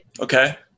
Okay